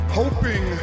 hoping